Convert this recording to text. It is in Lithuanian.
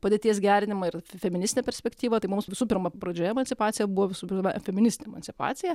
padėties gerinimą ir feministinę perspektyvą tai mums visų pirma pradžioje emancipacija buvo visų pirma feministine emancipacija